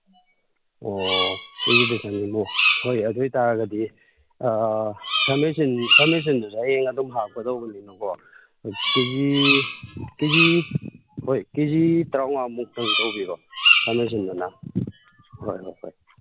ꯑꯣ ꯑꯣ ꯀꯦ ꯖꯤꯗ ꯆꯅꯤꯃꯨꯛ ꯍꯣꯏ ꯑꯗꯨ ꯑꯣꯏ ꯇꯥꯔꯒꯗꯤ ꯈꯥꯃꯦꯟ ꯑꯁꯤꯟ ꯈꯥꯃꯦꯟ ꯑꯁꯤꯟꯗꯨꯗꯤ ꯍꯌꯦꯡ ꯑꯗꯨꯝ ꯍꯥꯞꯀꯗꯧꯕꯅꯤꯅꯀꯣ ꯀꯦ ꯖꯤ ꯀꯦ ꯖꯤ ꯍꯣꯏ ꯀꯦ ꯖꯤ ꯇꯔꯥꯃꯉꯥꯃꯨꯛꯇꯪ ꯇꯧꯕꯤꯔꯣ ꯈꯥꯃꯦꯟ ꯑꯁꯤꯟꯕꯅ ꯍꯣꯏ ꯍꯣꯏ ꯍꯣꯏ